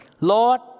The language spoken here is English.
Lord